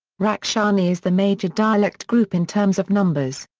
rakshani is the major dialect group in terms of numbers.